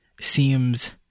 seems